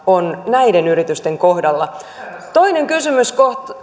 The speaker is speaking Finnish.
on näiden yritysten kohdalla toinen kysymys